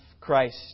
Christ